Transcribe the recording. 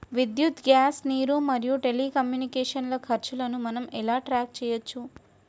విద్యుత్ గ్యాస్ నీరు మరియు టెలికమ్యూనికేషన్ల ఖర్చులను మనం ఎలా ట్రాక్ చేయచ్చు?